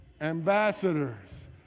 ambassadors